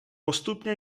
postupně